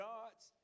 God's